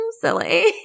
silly